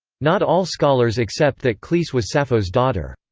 not all scholars accept that cleis was sappho's daughter.